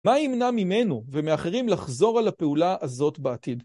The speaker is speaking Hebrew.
מה ימנע ממנו ומאחרים לחזור על הפעולה הזאת בעתיד?